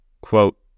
Quote